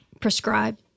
prescribe